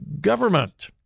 government